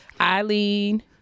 Eileen